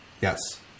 Yes